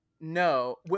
no